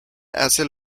hace